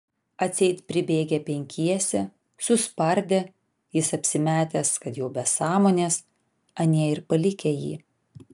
atseit pribėgę penkiese suspardę jis apsimetęs kad jau be sąmonės anie ir palikę jį